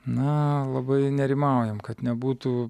na labai nerimaujam kad nebūtų